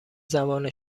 زبان